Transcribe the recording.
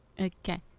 Okay